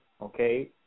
okay